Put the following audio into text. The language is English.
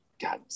God